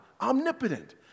omnipotent